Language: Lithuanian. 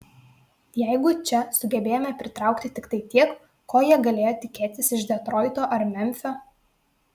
jeigu čia sugebėjome pritraukti tiktai tiek ko jie galėjo tikėtis iš detroito ar memfio